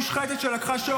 שהיא לקחה שוחד.